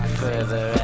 further